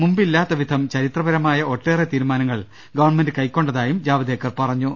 മുമ്പില്ലാത്തവിധം ചരിത്രപരമായ ഒട്ടേറെ തീരുമാനങ്ങൾ ഗവൺമെന്റ് കൈക്കൊണ്ടതായും ജാവദേക്കർ പറഞ്ഞു